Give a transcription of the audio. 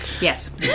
yes